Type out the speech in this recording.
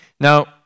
Now